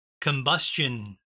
combustion